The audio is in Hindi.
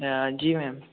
जी मैम